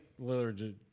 lillard